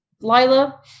Lila